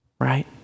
right